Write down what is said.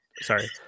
Sorry